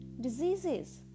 diseases